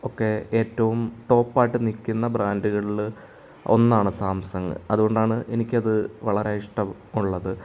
ഒക്കെ ഏറ്റവും ടോപ്പ് ആയിട്ട് നിൽക്കുന്ന ബ്രാൻഡുകളിൽ ഒന്നാണ് സാംസങ്ങ് അതുകൊണ്ടാണ് എനിക്ക് അത് വളരെ ഇഷ്ടമുള്ളത്